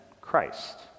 Christ